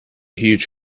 huge